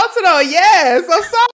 yes